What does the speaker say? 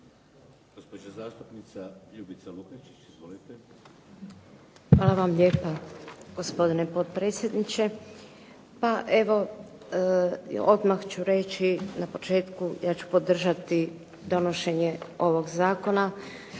Gospođa zastupnica Ljubica Lukačić. Izvolite. **Lukačić, Ljubica (HDZ)** Hvala vam lijepa, gospodine potpredsjedniče. Pa evo odmah ću reći na početku ja ću podržati donošenje ovog zakona